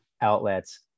outlets